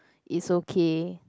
is okay